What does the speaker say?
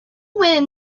wind